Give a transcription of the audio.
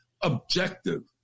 objective